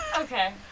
Okay